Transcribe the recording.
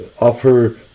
offer